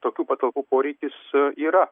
tokių patalpų poreikis yra